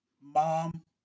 mom